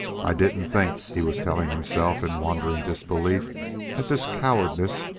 i didn't think he was telling himself in wondering disbelief at this cowardice,